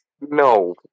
No